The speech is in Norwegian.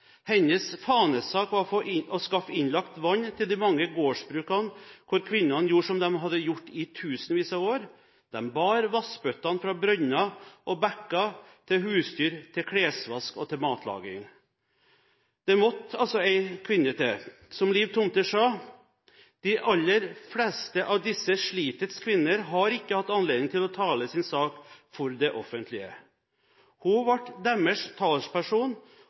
Hennes fanesak var å skaffe innlagt vann til de mange gårdsbrukene hvor kvinnene gjorde som de hadde gjort i tusenvis av år. De bar vannbøttene fra brønner og bekker til husdyr, til klesvask og til matlaging. Det måtte en kvinne til. Som Liv Tomter sa: « de aller fleste av disse slitets kvinner har ikke hatt anledning til å tale sin sak for det offentlige». Hun ble deres